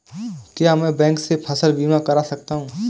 क्या मैं बैंक से फसल बीमा करा सकता हूँ?